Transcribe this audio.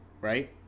right